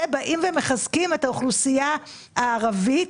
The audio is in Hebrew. באים ומחזקים את האוכלוסייה הערבית.